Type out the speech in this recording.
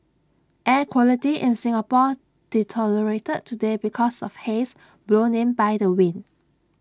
air quality in Singapore deteriorated today because of haze blown in by the wind